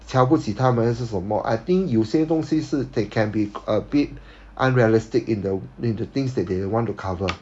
瞧不起他们还是什么 I think 有些东西是 they can be a bit unrealistic in the know the things that they want to cover